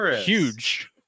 huge